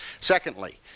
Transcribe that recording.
Secondly